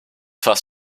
fast